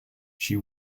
she